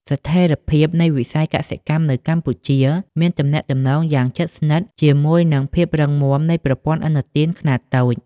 ស្ថិរភាពនៃវិស័យកសិកម្មនៅកម្ពុជាមានទំនាក់ទំនងយ៉ាងជិតស្និទ្ធជាមួយនឹងភាពរឹងមាំនៃប្រព័ន្ធឥណទានខ្នាតតូច។